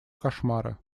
кошмары